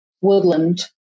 woodland